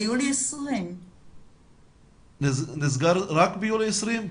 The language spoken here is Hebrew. ביולי 20'. נסגר רק ביולי 20'?